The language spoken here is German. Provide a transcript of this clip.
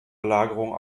belagerung